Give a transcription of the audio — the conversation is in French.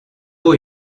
eau